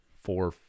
four